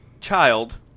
child